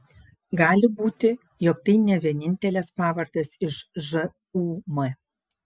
gali būti jog tai ne vienintelės pavardės iš žūm